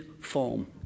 form